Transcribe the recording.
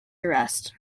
arrest